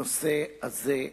הנושא הזה,